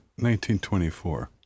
1924